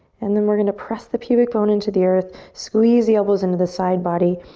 and then we're gonna press the pubic bone into the earth, squeeze the elbows into the side body.